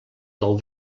del